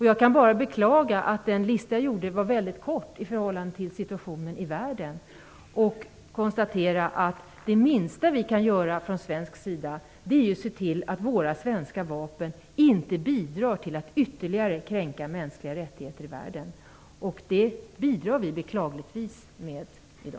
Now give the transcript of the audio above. Jag kan bara beklaga att den lista jag gjorde var mycket kort i förhållande till situationen i världen och konstatera att det minsta vi kan göra från svensk sida är att se till att våra svenska vapen inte bidrar till att ytterligare kränka mänskliga rättigheter i världen. Det bidrar vi beklagligtvis med nu.